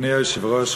אדוני היושב-ראש,